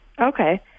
Okay